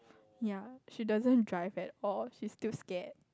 ya she doesn't drive at all she is still scared